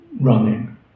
running